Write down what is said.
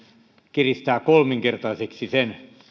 kiristää kolminkertaiseksi sen